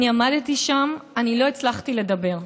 אני עמדתי שם, אני לא הצלחתי לדבר.